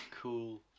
Cool